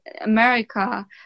America